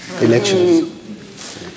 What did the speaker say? elections